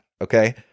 Okay